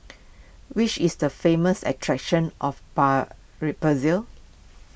which is the famous attractions of bar re Brazil